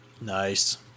Nice